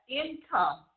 income